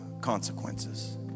consequences